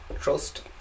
trust